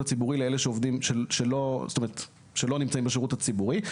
הציבורי לבין אלה שלא נמצאים בשירות הציבורי.